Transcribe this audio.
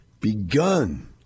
begun